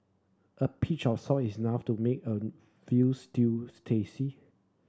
a pinch of salt is enough to make a veal stews tasty